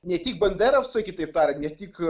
ne tik banderavcai kitaip tariant ne tik